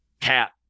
cat